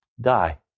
Die